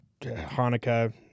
Hanukkah